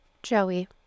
Joey